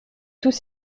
tous